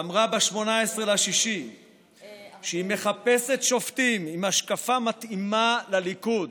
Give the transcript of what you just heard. אמרה ב-18 ביוני שהיא מחפשת שופטים עם השקפה מתאימה לליכוד.